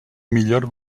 millor